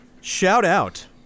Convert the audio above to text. Shout-out